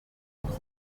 mwaka